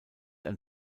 ein